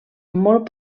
molt